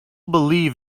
believe